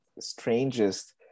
strangest